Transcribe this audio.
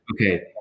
okay